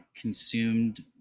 consumed